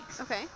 Okay